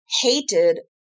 hated